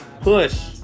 Push